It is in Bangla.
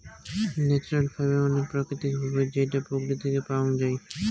ন্যাচারাল ফাইবার মানে প্রাকৃতিক ফাইবার যেইটো প্রকৃতি থেকে পাওয়াঙ যাই